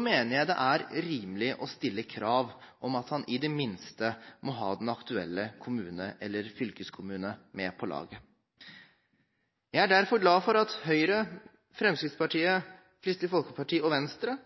mener jeg det er rimelig å stille krav om at han i det minste må ha den aktuelle kommune eller fylkeskommune med på laget. Jeg er derfor glad for at Høyre, Fremskrittspartiet, Kristelig Folkeparti og Venstre